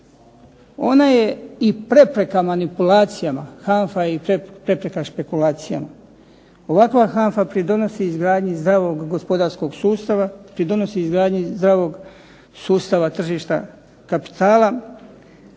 Ona je i prepreka manipulacijama. HANFA je i prepreka špekulacijama. Ovakva HANFA pridonosi izgradnji zdravog gospodarskog sustava, pridonosi izgradnji zdravog sustava tržišta kapitala,